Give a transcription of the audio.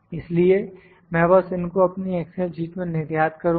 इसलिए मैं बस इनको अपनी एक्सल शीट में निर्यात करुंगा